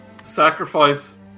sacrifice